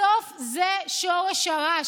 בסוף זה שורש הרע.